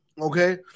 Okay